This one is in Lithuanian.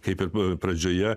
kaip ir pradžioje